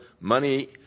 money